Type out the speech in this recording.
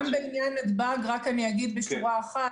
גם בעניין נתב"ג, אני אגיד רק בשורה אחת.